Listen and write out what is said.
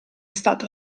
stato